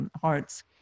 hearts